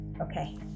Okay